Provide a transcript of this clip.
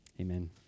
amen